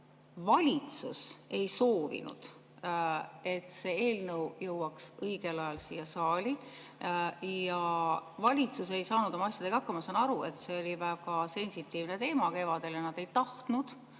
valitsus ei soovinud, et see eelnõu jõuaks õigel ajal siia saali, ja valitsus ei saanud oma asjadega hakkama. Ma saan aru, et see oli väga sensitiivne teema kevadel ja nad ei tahtnud,